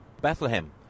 Bethlehem